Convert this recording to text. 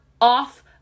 off